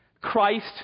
Christ